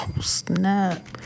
snap